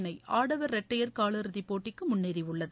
இணை ஆடவர் இரட்டையர் காலியிறுதி போட்டிக்கு முன்னேறியுள்ளது